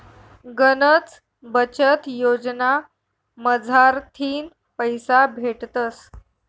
गनच बचत योजना मझारथीन पैसा भेटतस